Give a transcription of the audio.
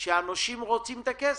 שהנושים רוצים את הכסף.